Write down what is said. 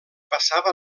passava